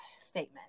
statement